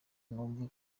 numve